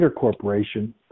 Corporation